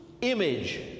image